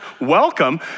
welcome